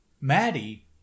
Maddie